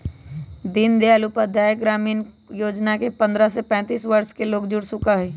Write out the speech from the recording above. दीन दयाल उपाध्याय ग्रामीण कौशल योजना से पंद्रह से पैतींस वर्ष के लोग जुड़ सका हई